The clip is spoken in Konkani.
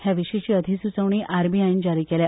ह्या विशींची अधिसुचोवणी आरबीआयन जारी केल्या